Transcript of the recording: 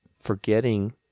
forgetting